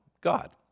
God